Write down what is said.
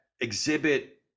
exhibit